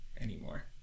anymore